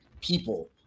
people